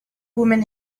woman